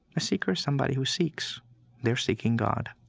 a seeker is somebody who seeks they're seeking god